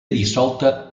dissolta